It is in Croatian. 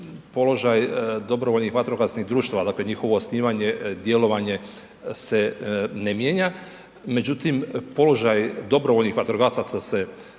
položaj dobrovoljnih vatrogasnih društava, dakle njihovo osnivanje, djelovanje se ne mijenja, međutim položaj dobrovoljnih vatrogasaca se